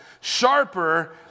sharper